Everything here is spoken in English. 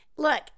Look